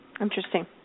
Interesting